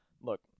look